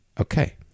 okay